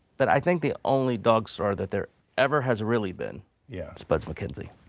but i think the only dog star that there every has really been yeah? spuds mackenzie.